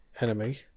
enemy